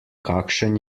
kakšen